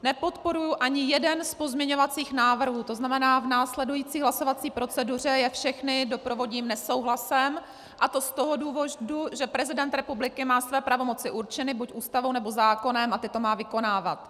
Nepodporuji ani jeden z pozměňovacích návrhů, tzn. v následující hlasovací proceduře je všechny doprovodím nesouhlasem, a to z toho důvodu, že prezident republiky má své pravomoci určeny buď Ústavou, nebo zákonem a tyto má vykonávat.